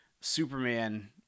Superman